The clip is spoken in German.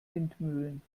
windmühlen